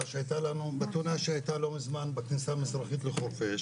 שהייתה לנו בתאונה שבתאונה שהייתה לא מזמן בכניסה המזרחית לחורפיש